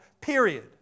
period